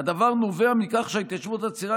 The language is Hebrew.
"הדבר נובע מכך שההתיישבות הצעירה